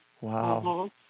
Wow